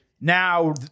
now